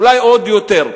אולי עוד יותר.